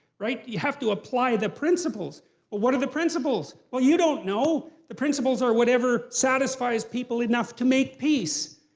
right? you have to apply the principles. well what are the principles? well you don't know. the principles are whatever satisfies people enough to make peace.